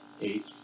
eight